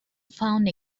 found